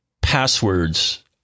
passwords